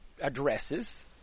addresses